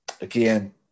Again